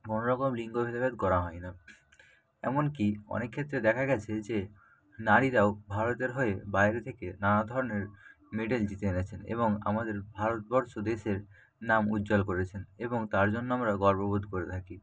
কোনো রকম লিঙ্গ ভেদাভেদ করা হয় না এমনকি অনেক ক্ষেত্রে দেখা গেছে যে নারীরাও ভারতের হয়ে বাইরে থেকে নানা ধরনের মেডেল জিতে এনেছেন এবং আমাদের ভারতবর্ষ দেশের নাম উজ্জ্বল করেছেন এবং তার জন্য আমরা গর্ববোধ করে থাকি